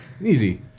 Easy